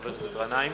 חבר הכנסת גנאים.